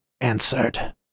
answered